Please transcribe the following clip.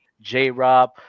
J-Rob